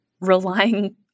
relying